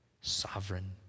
Sovereign